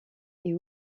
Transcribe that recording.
est